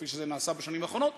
כפי שזה נעשה בשנים האחרונות,